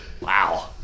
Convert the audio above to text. Wow